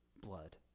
blood